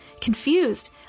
Confused